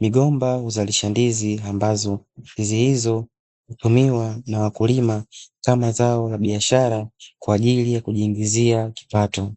migomba huzalisha ndizi ambazo ndizi hizo hutumiwa na wakulima kama zao la biashara kwa ajli ya kujiingizia kipato.